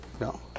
No